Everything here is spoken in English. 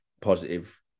positive